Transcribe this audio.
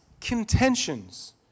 contentions